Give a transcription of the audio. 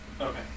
Okay